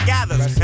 Gathers